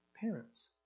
parents